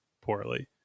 poorly